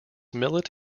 millet